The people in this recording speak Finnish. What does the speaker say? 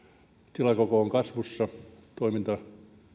tilakoko on kasvussa toiminta